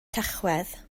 tachwedd